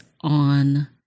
on